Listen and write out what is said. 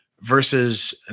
versus